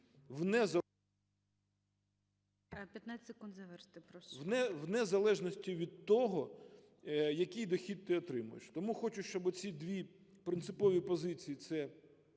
…в незалежності від того, який дохід ти отримуєш. Тому хочу, щоб оці дві принципові позиції, це